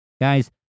guys